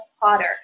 potter